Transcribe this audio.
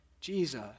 Jesus